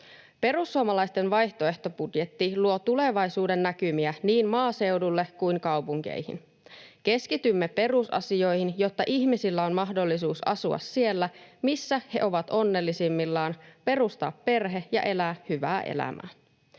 Perussuomalaisten vaihtoehtobudjetti luo tulevaisuudennäkymiä niin maaseudulle kuin kaupunkeihin. Keskitymme perusasioihin, jotta ihmisillä on mahdollisuus asua siellä, missä he ovat onnellisimmillaan, perustaa perhe ja elää hyvää elämää.